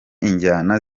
injyana